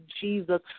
Jesus